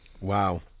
Wow